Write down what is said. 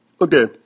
Okay